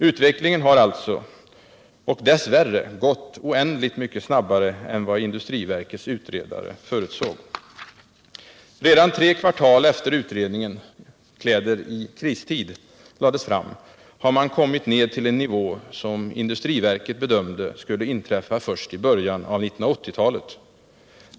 Utvecklingen har alltså och dess värre gått oändligt mycket snabbare än vad industriverkets utredare förutsåg. Redan tre kvartal efter det att utredningen Kläder i kristid lades fram har man kommit ned till en nivå som industriverket bedömde skulle inträffa först i början av 1980-talet.